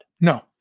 No